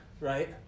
right